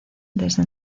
desde